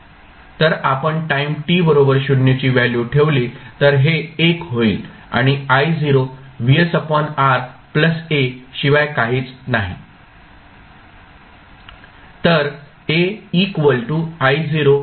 तर आपण time t बरोबर 0 ची व्हॅल्यू ठेवली तर हे 1 होईल आणि I0 VsR A शिवाय काहीच नाही